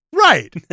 Right